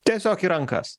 tiesiog į rankas